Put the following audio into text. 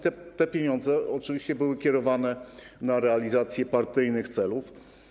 Te pieniądze oczywiście były kierowane na realizację partyjnych celów.